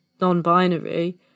non-binary